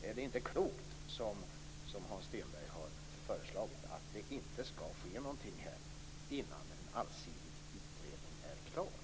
Är det inte klokt som Hans Stenberg har föreslagit att det inte skall ske någonting innan en allsidig utredning är klar?